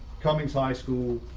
coming high school,